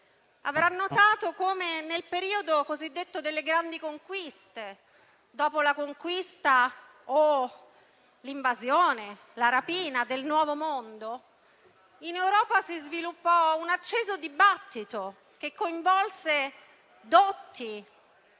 avrà notato come, nel periodo delle grandi conquiste, dopo la conquista, l'invasione, la rapina del nuovo mondo, in Europa si sviluppò un acceso dibattito, che coinvolse dotti